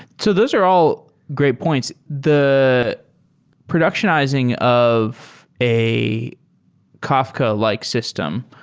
so those are all great points. the productionizing of a kafka-like system,